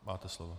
Máte slovo.